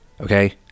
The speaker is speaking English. Okay